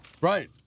Right